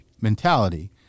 mentality –